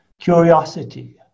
curiosity